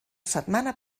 setmana